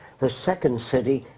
the second city.